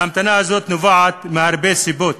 וההמתנה הזאת נובעת מהרבה סיבות.